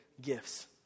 gifts